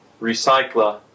recycler